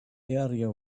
area